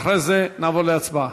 אחר כך נעבור להצבעה.